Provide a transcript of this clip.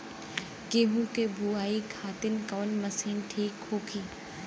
गेहूँ के बुआई खातिन कवन मशीन ठीक होखि?